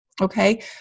Okay